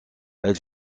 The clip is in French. elle